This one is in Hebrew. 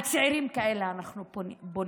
על צעירים כאלה אנחנו בונים.